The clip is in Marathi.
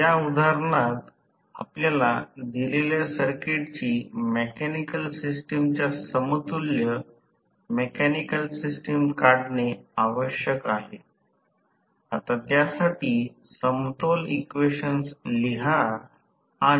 तर ज्याला ज्या शाखा म्हणतात त्या नंतर शोधल्या गेलेल्या शाखेत ज्याला नंतर आम्हे शोधले होते थेव्हिनिन व्होल्टेज आणि थेव्हिनिन प्रतिबाधा किंवा थेव्हिनिन dc सर्किट थेव्हिनिन प्रतिरोध मोजले त्याच प्रकारे आपण हे करू